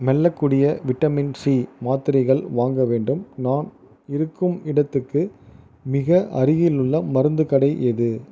மெல்லக்கூடிய vitamin C மாத்திரைகள் வாங்க வேண்டும் நான் இருக்கும் இடத்துக்கு மிக அருகிலுள்ள மருத்துக் கடை எது